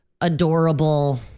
adorable